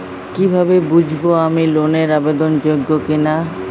কীভাবে বুঝব আমি লোন এর আবেদন যোগ্য কিনা?